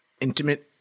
intimate